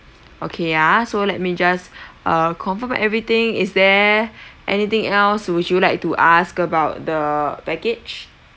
okay ah so let me just uh confirm everything is there anything else would you like to ask about the package